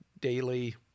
daily